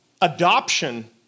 adoption